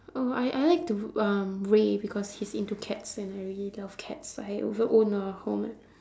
uh I I like to um ray because he's into cats and I really love cats I ever own a home at